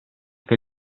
che